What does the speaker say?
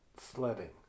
sledding